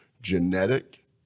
genetic